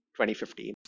2015